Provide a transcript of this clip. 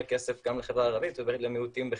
כסף גם לחברה הערבית ולמיעוטים בכלל.